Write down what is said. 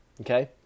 Okay